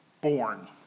born